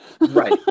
Right